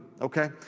okay